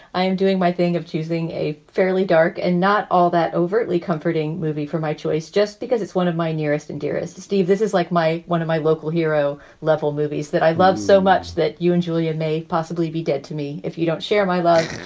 i am doing my thing of choosing a fairly dark and not all that overtly comforting movie for my choice just because it's one of my nearest and dearest steve. this is like my one of my local hero level movies that i love so much that you and julia may possibly be dead to me if you don't share my love.